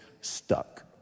stuck